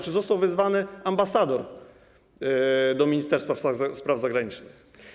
Czy został wezwany ambasador do Ministerstwa Spraw Zagranicznych?